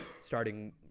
starting